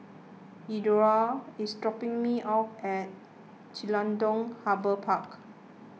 Eduardo is dropping me off at Jelutung Harbour Park